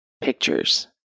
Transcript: pictures